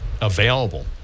available